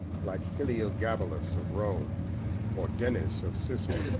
like hyliogabalus of rome or denis of sicyll.